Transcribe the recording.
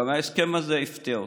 גם ההסכם הזה הפתיע אתכם.